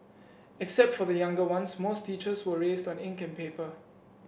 except for the younger ones most teachers were raised on ink and paper